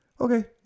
okay